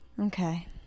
Okay